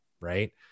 Right